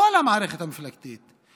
בכל המערכת המפלגתית,